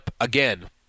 again